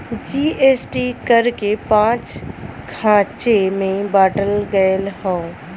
GST कर के पाँच खाँचे मे बाँटल गएल हौ